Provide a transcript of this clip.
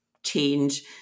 change